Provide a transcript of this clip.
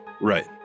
Right